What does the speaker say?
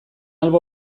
albo